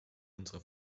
unsere